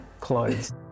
clothes